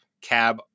cab